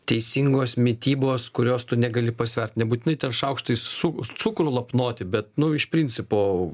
teisingos mitybos kurios tu negali pasvert nebūtinai ten šaukštais su cukrų lapnoti bet nu iš principo